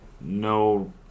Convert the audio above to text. no